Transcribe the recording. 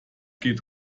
geht